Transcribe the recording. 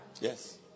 Yes